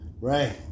Right